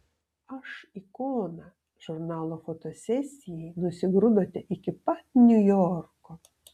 aš ikona žurnalo fotosesijai nusigrūdote iki pat niujorko